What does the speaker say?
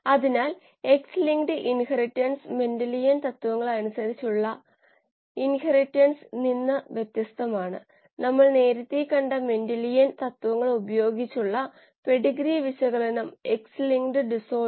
അതിനാൽ ഇലക്ട്രോണുകളെ ഓക്സിജനിലേയ്ക്ക് മാറ്റുന്ന നിരക്ക് യൂണിറ്റ് സമയത്തിന് ഇലക്ട്രോണുകളുടെ എണ്ണം അല്ലേ